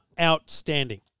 outstanding